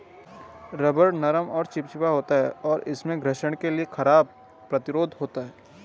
rubber नरम और चिपचिपा होता है, और इसमें घर्षण के लिए खराब प्रतिरोध होता है